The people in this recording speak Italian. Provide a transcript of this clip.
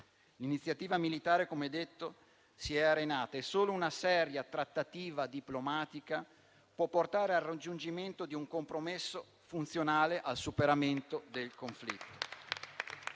L'iniziativa militare, come detto, si è arenata e solo una seria trattativa diplomatica può portare al raggiungimento di un compromesso funzionale al superamento del conflitto.